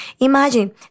Imagine